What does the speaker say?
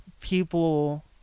people